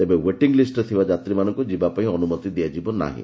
ତେବେ ୱେଟିଂ ଲିଷ୍ଟ୍ରେ ଥିବା ଯାତ୍ରୀମାନଙ୍କୁ ଯିବାପାଇଁ ଅନୁମତି ଦିଆଯିବ ନାହିଁ